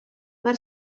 mae